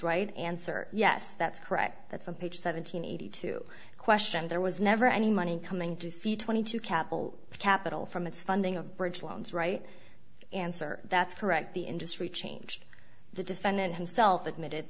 right answer yes that's correct that's a page seven hundred eighty two question there was never any money coming to see twenty two capital from its funding of bridge loans right answer that's correct the industry changed the defendant himself admitted